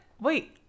wait